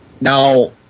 Now